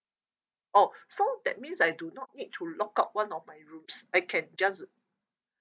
oh so that means I do not need to lock out one of my rooms I can just